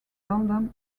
london